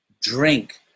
drink